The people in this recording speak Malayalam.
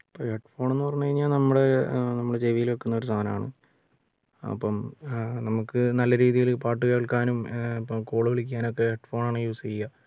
ഇപ്പോൾ ഹെഡ്ഫോൺ എന്ന് പറഞ്ഞുകഴിഞ്ഞാൽ നമ്മുടെ നമ്മുടെ ചെവിയിൽ വയ്ക്കുന്ന ഒരു സാധനം ആണ് അപ്പം നമുക്ക് നല്ല രീതിയിൽ പാട്ട് കേൾക്കാനും ഇപ്പോൾ കോൾ വിളിക്കാനും ഒക്കെ ഹെഡ്ഫോൺ ആണ് യൂസ് ചെയ്യുക